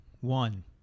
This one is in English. one